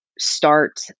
start